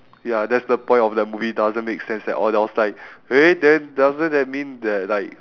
ya that's the point of the movie doesn't make sense at all then I was like eh then doesn't that mean that like